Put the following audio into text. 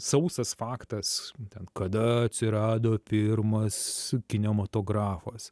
sausas faktas ten kada atsirado pirmas kinematografas